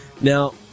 Now